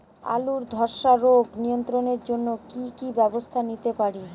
আলুর ধ্বসা রোগ নিয়ন্ত্রণের জন্য কি কি ব্যবস্থা নিতে পারি?